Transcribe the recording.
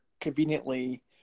conveniently